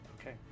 Okay